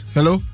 Hello